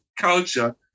culture